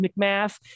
McMath